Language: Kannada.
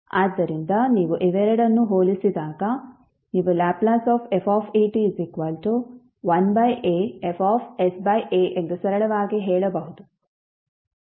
ಆದ್ದರಿಂದ ನೀವು ಇವೆರಡನ್ನೂ ಹೋಲಿಸಿದಾಗ ನೀವು Lf 1aFsa ಎಂದು ಸರಳವಾಗಿ ಹೇಳಬಹುದು